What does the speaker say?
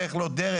דרך לא דרך,